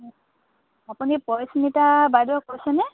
আপুনি পৰিস্মিতা বাইদেউ কৈছেনে